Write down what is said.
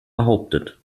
behauptet